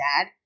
dad